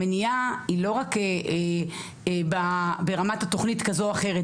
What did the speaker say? המניעה היא לא רק ברמת התוכנית כזו או אחרת,